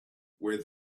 where